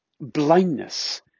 Blindness